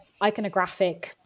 iconographic